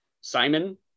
Simon